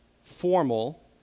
formal